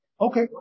okay